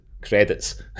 Credits